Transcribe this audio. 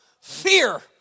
fear